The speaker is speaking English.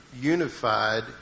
unified